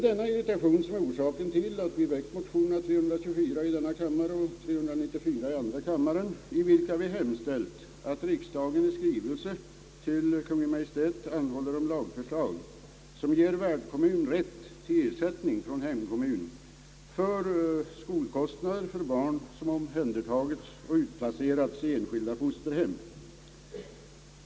Denna irritation är orsaken till att vi har väckt motionerna nr 324 i denna kammare och 394 i andra kammaren, där vi hemställt att riksdagen i skrivelse till Kungl. Maj:t anhåller om lagförslag som ger värdkommun rätt till ersättning från hemkommun för skolkostnader för skolpliktiga barn som omhändertagits och utplacerats i enskilda fosterhem.